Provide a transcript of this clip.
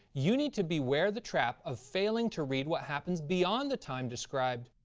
you need to beware the trap of failing to read what happens beyond the time described,